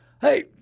hey